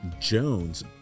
Jones